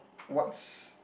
what's